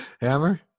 Hammer